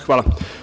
Hvala.